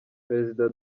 perezida